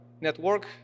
network